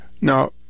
now